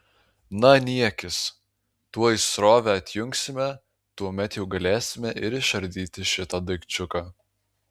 na niekis tuoj srovę atjungsime tuomet jau galėsime ir išardyti šitą daikčiuką